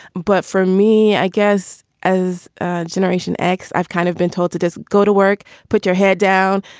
but for me, i guess as generation x, i've kind of been told to just go to work. put your head down.